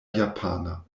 japana